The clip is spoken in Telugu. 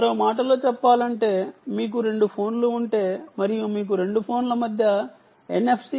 మరో మాటలో చెప్పాలంటే మీకు రెండు ఫోన్లు ఉంటే మరియు మీకు రెండు ఫోన్ల మధ్య ఎన్ఎఫ్సి N